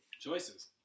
Choices